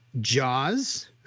Jaws